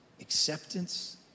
acceptance